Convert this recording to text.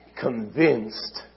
Convinced